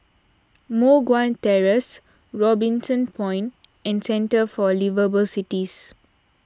Moh Guan Terrace Robinson Point and Centre for Liveable Cities